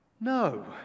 No